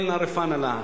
אל נא רפא נא לה.